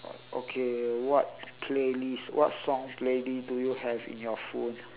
okay what playlist what song playlist do you have in your phone